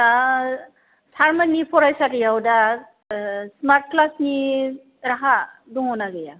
दा सारमोननि फरायसालियाव दा स्मार्ट क्लासनि राहा दङना गैया